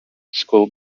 school